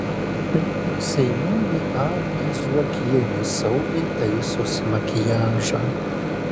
tai tik seimūnė agnė zuokienė saugiai taisosi makiažą